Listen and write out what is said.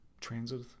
transit